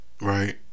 right